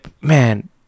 man